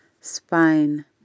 spine